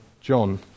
John